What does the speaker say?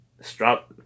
strap